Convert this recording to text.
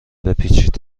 بپیچید